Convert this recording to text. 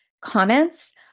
comments